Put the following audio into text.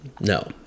No